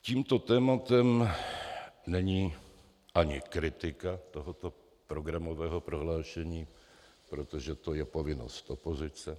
Tímto tématem není ani kritika tohoto programového prohlášení, protože to je povinnost opozice.